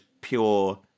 pure